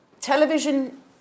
television